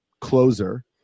closer